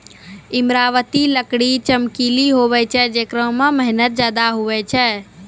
ईमारती लकड़ी चमकिला हुवै छै जेकरा मे मेहनत ज्यादा हुवै छै